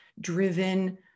driven